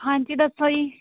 ਹਾਂਜੀ ਦੱਸੋ ਜੀ